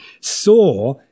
saw